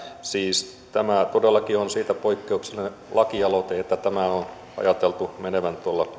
siis tämä todellakin on siitä poikkeuksellinen lakialoite että tämän on ajateltu menevän